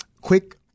Quick